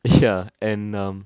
ya and um